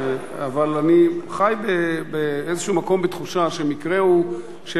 אבל אני חי באיזה מקום בתחושה שמקרהו של